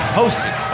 hosted